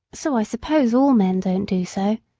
so i suppose all men don't do so.